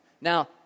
Now